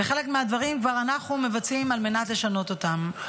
וחלק מהדברים כבר אנחנו מבצעים על מנת לשנות אותם.